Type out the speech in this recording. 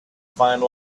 find